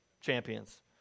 champions